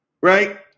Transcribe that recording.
Right